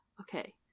okay